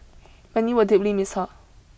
many will deeply miss her